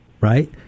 Right